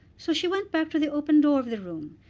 so she went back to the open door of the room,